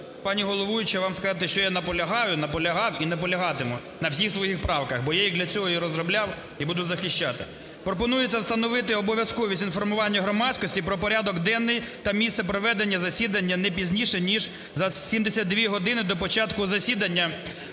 пані головуюча, вам сказати, що я наполягаю, наполягав і наполягатиму на всіх своїх правках, бо я їх для цього і розробляв і буду захищати. Пропонується встановити обов'язковість інформування громадськості про порядок денний та місце проведення засідання не пізніше ніж за 72 години до початку засідання